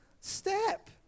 step